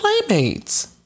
playmates